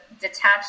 detach